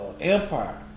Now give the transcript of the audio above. Empire